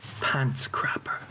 Pantscrapper